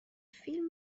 فیلم